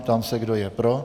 Ptám se, kdo je pro.